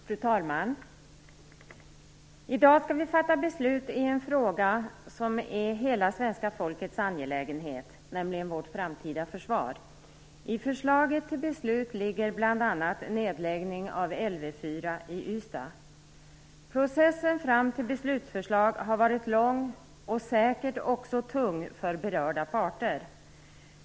Fru talman! I dag skall vi fatta beslut i en fråga som är hela svenska folkets angelägenhet, nämligen vårt framtida försvar. I förslaget till beslut ligger bl.a. en nedläggning av Lv 4 i Ystad. Processen fram till beslutsförslag har varit lång, och säkert också tung för berörda parter.